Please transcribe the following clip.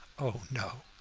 oh no!